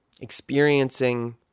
experiencing